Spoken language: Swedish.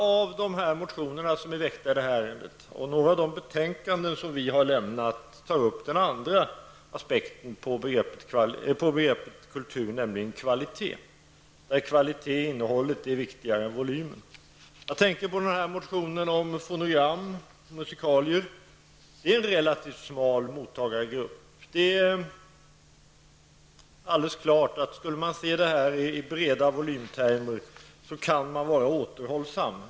Några av motionerna i det här ärendet och några av de reservationer som vi har lämnat tar upp den andra aspekten på begreppet kultur, nämligen kvalitet, att innehållet är viktigare än volymen. Jag tänker på motionen om fonogram och musikalier. Den gäller en relativt smal mottagargrupp, och det är alldeles klart att skulle man se detta i breda volymtermer, kunde man vara återhållsam.